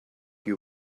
you